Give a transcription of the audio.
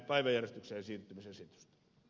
kannatan ed